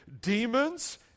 demons